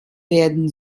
werden